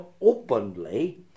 openly